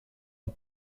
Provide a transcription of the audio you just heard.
und